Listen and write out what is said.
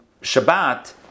Shabbat